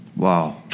Wow